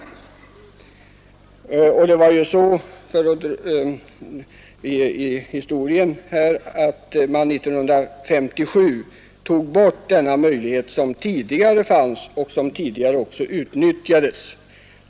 År 1957 tog man bort den möjlighet som tidigare fanns och som även utnyttjades.